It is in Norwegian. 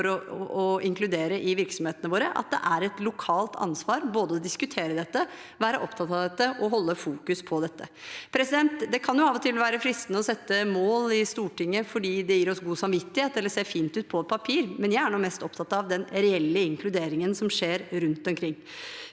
etter å inkludere i virksomhetene våre, at det er et lokalt ansvar både å diskutere dette, være opptatt av dette og holde fokus på dette. Det kan av og til være fristende å sette mål i Stortinget fordi det gir oss god samvittighet eller ser fint ut på papiret, men jeg er mest opptatt av den reelle inkluderingen som skjer rundt omkring.